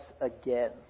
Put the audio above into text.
again